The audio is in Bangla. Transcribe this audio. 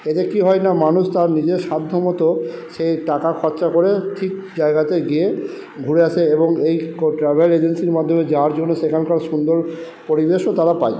এতে কি হয় না মানুষ তার নিজের সাধ্য মতো সেই টাকা খরচা করে ঠিক জায়গাতে গিয়ে ঘুরে আসে এবং এই ট্রাভেল এজেন্সির মাধ্যমে যাওয়ার জন্য সেখানকার সুন্দর পরিবেশও তারা পায়